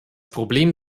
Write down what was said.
problem